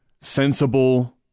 sensible